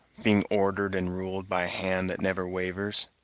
being ordered and ruled by a hand that never wavers.